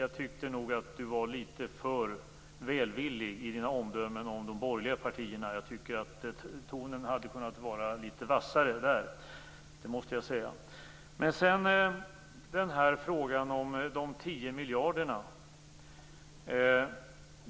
Jag tyckte nog att Lars Bäckström var litet för välvillig i sina omdömen om de borgerliga partierna. Tonen hade kunnat vara litet vassare där. Lars Bäckström ställde en fråga om de 10 miljarderna.